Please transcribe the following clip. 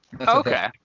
okay